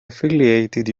affiliated